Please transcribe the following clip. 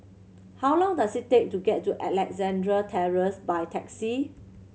how long does it take to get to Alexandra Terrace by taxi